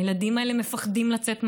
הילדים האלה מפחדים לצאת מהבית,